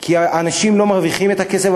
כי האנשים לא מרוויחים את הכסף,